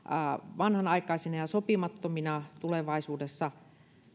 vanhanaikaisina ja sopimattomina tulevaisuudessa